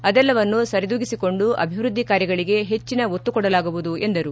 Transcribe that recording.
ಅದೆಲ್ಲವನ್ನೂ ಸರಿದೂಗಿಸಿಕೊಂಡು ಅಭಿವೃದ್ದಿ ಕಾರ್ಯಗಳಿಗೆ ಹೆಚ್ಚಿನ ಒತ್ತು ಕೊಡಲಾಗುವುದು ಎಂದರು